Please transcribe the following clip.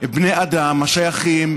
בני אדם השייכים,